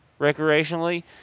recreationally